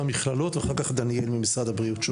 המכללות ואחר כך דניאל ממשרד הבריאות.